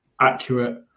Accurate